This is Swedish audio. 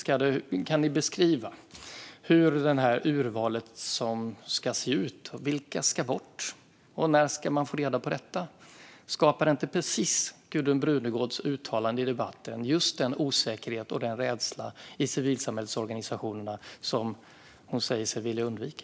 Kan ni beskriva hur urvalet ska gå till, vilka som ska bort och när man ska få reda på detta? Skapar inte Gudrun Brunegårds uttalande i debatten just den osäkerhet och rädsla i civilsamhällesorganisationerna som hon säger sig vilja undvika?